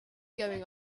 going